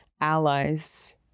allies